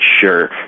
sure